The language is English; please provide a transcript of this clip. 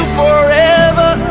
forever